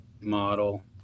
model